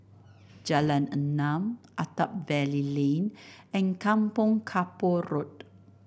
Jalan Enam Attap Valley Lane and Kampong Kapor Road